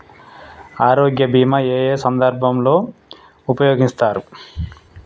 ఆరోగ్య బీమా ఏ ఏ సందర్భంలో ఉపయోగిస్తారు?